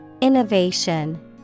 Innovation